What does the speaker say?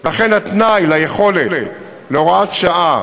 לכן, התנאי ליכולת להוראת שעה